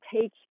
take